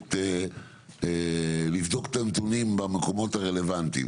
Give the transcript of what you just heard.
באמת לבדוק את הנתונים במקומות הרלבנטיים?